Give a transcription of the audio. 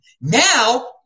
Now